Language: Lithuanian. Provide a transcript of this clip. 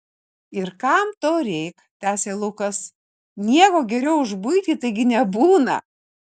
ir kam to reik tęsė lukas nieko geriau už buitį taigi nebūna